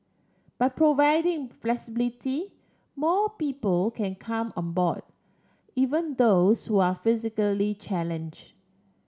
by providing flexibility more people can come on board even those who are physically challenge